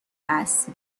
است